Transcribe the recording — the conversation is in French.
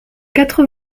quatre